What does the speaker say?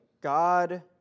God